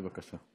בבקשה.